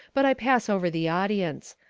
but i pass over the audience.